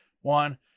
one